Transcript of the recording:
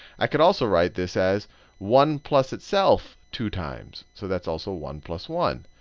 i could also write this as one plus itself two times. so that's also one plus one.